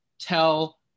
tell